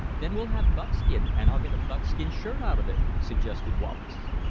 then we'll have buckskin and i'll get a buckskin shirt out of it, suggested wallace.